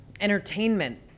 entertainment